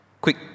quick